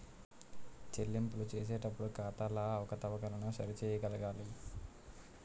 చెల్లింపులు చేసేటప్పుడు ఖాతాల అవకతవకలను సరి చేయగలగాలి